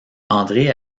andré